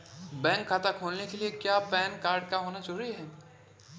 Bank खाता खोलने के लिए क्या पैन कार्ड का होना ज़रूरी है?